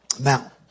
Now